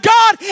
God